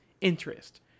interest